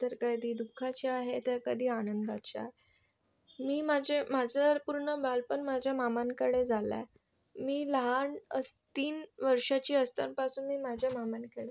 तर कधी दुःखाच्या आहे तर कधी आनंदाच्या मी माझे माझं पूर्ण बालपण माझ्या मामांकडे झालं आहे मी लहान असं तीन वर्षाची असतानापासून माझ्या मामांकडे आहे